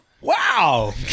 Wow